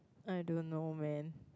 I don't know man